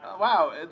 Wow